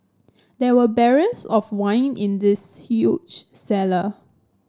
there were barrels of wine in this huge cellar